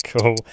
Cool